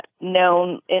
known